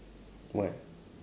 what